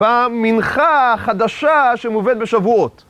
פעם מנחה חדשה שמובאת בשבועות.